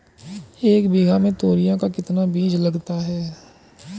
एक बीघा में तोरियां का कितना बीज लगता है?